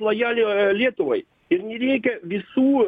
lojalio lietuvai ir nereikia visų